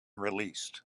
released